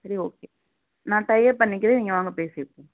சரி ஓகே நான் tie up பண்ணிக்கிறேன் நீங்கள் வாங்க பேசிப்போம்